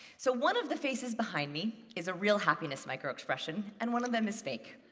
so one of the faces behind me is a real happiness microexpression, and one of them is fake.